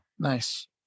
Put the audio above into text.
Nice